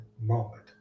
moment